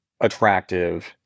attractive